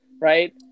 right